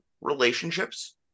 relationships